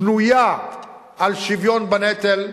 בנויה על שוויון בנטל,